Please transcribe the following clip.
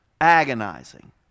agonizing